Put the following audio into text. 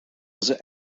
was